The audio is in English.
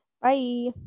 Bye